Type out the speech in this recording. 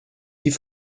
die